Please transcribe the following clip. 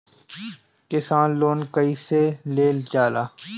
किसान लोन कईसे लेल जाला?